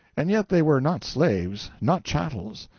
and yet they were not slaves, not chattels.